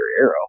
arrow